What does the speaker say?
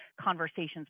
conversations